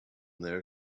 their